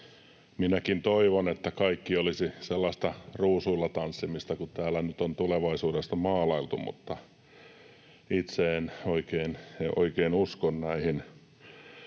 Minäkin toivon, että kaikki olisi sellaista ruusuilla tanssimista, kuten täällä nyt on tulevaisuutta maalailtu, mutta itse en oikein usko siihen.